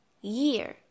Year